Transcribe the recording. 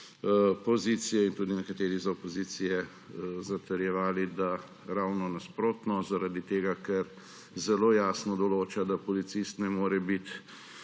pozicije, in tudi nekateri iz opozicije, zatrjevala, da je ravno nasprotno zaradi tega, ker zelo jasno določa, da policist ne more biti